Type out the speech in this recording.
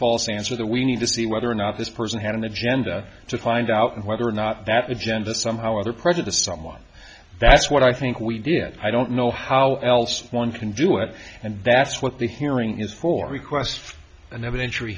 false answer that we need to see whether or not this person had an agenda to find out whether or not that agenda somehow or other prejudice someone that's what i think we did i don't know how else one can do it and that's what the hearing is for a request